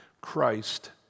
Christ